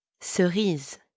Cerise